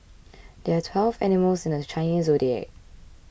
there are twelve animals in the Chinese zodiac